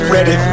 Ready